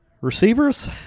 Receivers